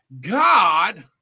God